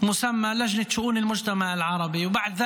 לכישלון קודם כול של הכנסת כרשות מחוקקת ומפקחת,